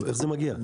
איך זה מגיע?